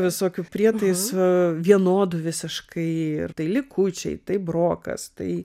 visokių prietaisų vienodų visiškai ar tai likučiai tai brokas tai